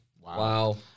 Wow